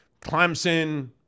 Clemson